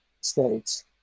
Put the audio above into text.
states